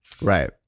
right